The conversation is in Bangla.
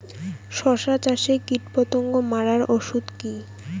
শসা চাষে কীটপতঙ্গ মারার ওষুধ কি?